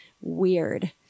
Weird